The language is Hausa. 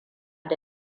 da